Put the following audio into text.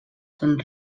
són